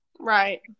Right